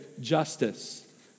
justice